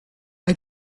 hay